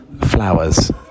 flowers